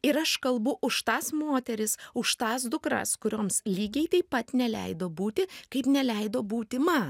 ir aš kalbu už tas moteris už tas dukras kurioms lygiai taip pat neleido būti kaip neleido būti man